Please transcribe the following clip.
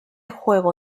juego